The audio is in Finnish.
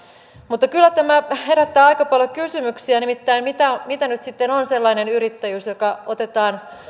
mutta kyllä tämä herättää aika paljon kysymyksiä nimittäin mitä nyt sitten on sellainen yrittäjyys joka otetaan